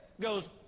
goes